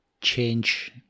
change